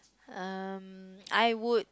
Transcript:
um I would